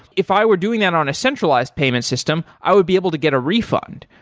if i were doing that on a centralized payment system, i would be able to get a refund.